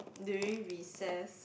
during recess